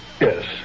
Yes